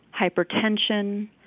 hypertension